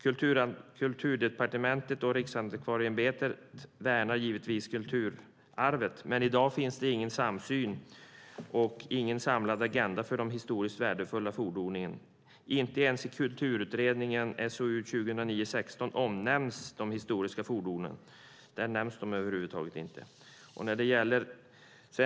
Kulturdepartementet och Riksantikvarieämbetet värnar givetvis kulturarvet, men i dag finns det ingen samsyn och ingen samlad agenda för de historiskt värdefulla fordonen. Inte ens i Kulturutredningens betänkande, SOU 2009:16, omnämns de historiska fordonen. Där nämns de över huvud taget inte.